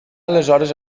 aleshores